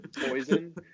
poison